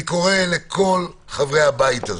אני קורא לכל חברי הבית הזה,